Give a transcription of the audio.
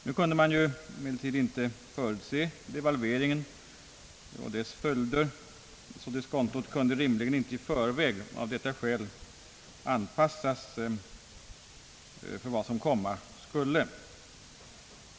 Nu kunde man emellertid inte förutse devalveringen och dess följder, så diskontot kunde rimligen inte i förväg av detta skäl anpassas till vad som komma skulle.